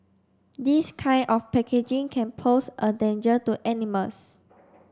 this kind of packaging can pose a danger to animals